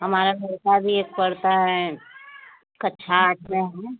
हमारा लड़का भी एक पढ़ता है कक्षा आठ में है